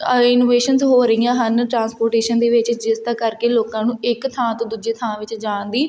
innovations ਹੋ ਰਹੀਆਂ ਹਨ ਟਰਾਂਸਪੋਰਟੇਸ਼ਨ ਦੇ ਵਿੱਚ ਜਿਸ ਦਾ ਕਰਕੇ ਲੋਕਾਂ ਨੂੰ ਇੱਕ ਥਾਂ ਤੋਂ ਦੂਜੀ ਥਾਂ ਵਿੱਚ ਜਾਣ ਦੀ